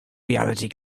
reality